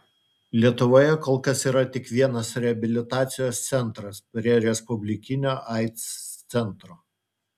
lietuvoje kol kas yra tik vienas reabilitacijos centras prie respublikinio aids centro